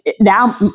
now